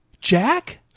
Jack